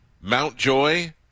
Mountjoy